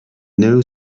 know